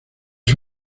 sus